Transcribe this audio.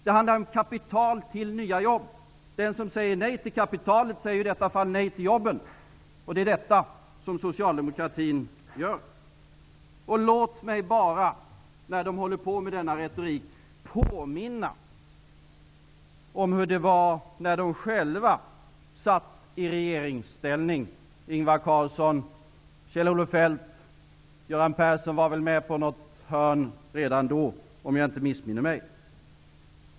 Det handlar om kapital till nya jobb. Den som säger nej till kapitalet, säger i detta fall nej till jobben. Det är detta som socialdemokratin gör. Låt mig bara, när Socialdemokraterna håller på med denna retorik, påminna om hur det var när de själva -- Ingvar Carlsson och Kjell-Olof Feldt, och även Göran Persson var väl med på något hörn redan då, om jag inte missminner mig -- satt i regeringsställning.